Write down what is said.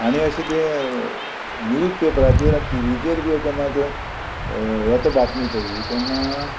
आनी अशें ते निव्जपेपराचेर आत् टीचेर बी केन्ना ते येता बातमी पयली तेन्ना